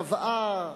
קבעה